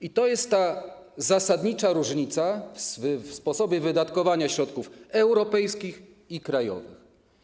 I to jest ta zasadnicza różnica w sposobie wydatkowania środków europejskich i krajowych.